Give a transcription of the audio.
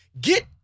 Get